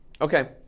Okay